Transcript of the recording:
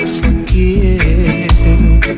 forgive